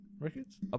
records